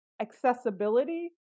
accessibility